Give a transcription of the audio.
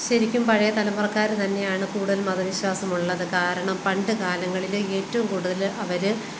ശെരിക്കും പഴയ തലമുറക്കാര് തന്നെയാണ് കൂടൽ മതവിശ്വാസമുള്ളത് കാരണം പണ്ട് കാലങ്ങളില് ഏറ്റവും കൂട്തല് അവര്